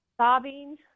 sobbing